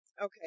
Okay